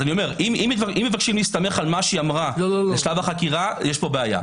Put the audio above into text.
אם מבקשים להסתמך על מה שאמרה בשלב החקירה - יש פה בעיה .